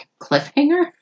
cliffhanger